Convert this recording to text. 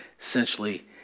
essentially